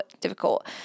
difficult